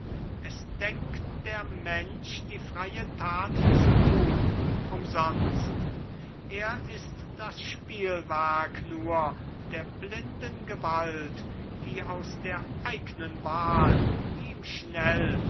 es denkt der mensch die freie tat zu tun umsonst er ist das spielwerk nur der blinden gewalt die aus der eignen wahl ihm schnell